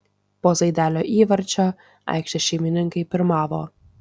po zaidelio įvarčio aikštės šeimininkai pirmavo